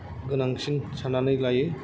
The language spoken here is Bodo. गोनांसिन सान्नानै लायो